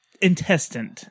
intestine